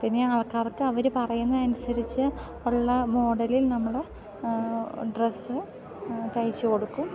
പിന്നെ ആൾക്കാർക്ക് അവര് പറയുന്നതിന് അനുസരിച്ച് ഉള്ള മോഡലിൽ നമ്മള് ഡ്രസ്സ് തയ്ച്ച് കൊടുക്കും